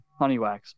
Honeywax